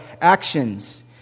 actions